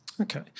Okay